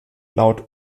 laut